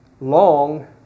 long